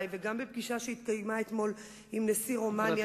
וגם בפגישה שקיימה אתמול עם נשיא רומניה,